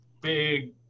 big